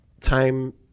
time